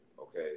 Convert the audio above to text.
Okay